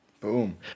Boom